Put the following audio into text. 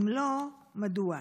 5. אם לא, מדוע?